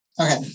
Okay